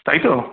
তাই তো